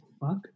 fuck